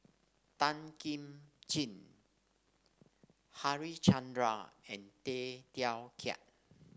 Tan Kim Ching Harichandra and Tay Teow Kiat